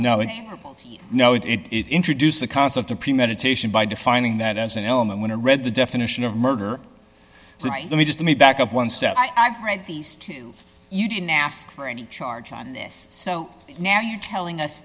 know it it introduced the concept of premeditation by defining that as an element when i read the definition of murder let me just me back up one step i've read these two you didn't ask for any charge on this so now you're telling us